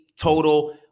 Total